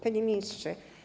Panie Ministrze!